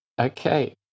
Okay